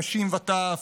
נשים וטף,